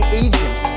agent